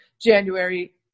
January